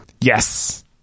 Yes